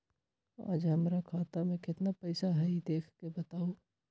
आज हमरा खाता में केतना पैसा हई देख के बताउ?